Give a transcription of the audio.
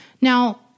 Now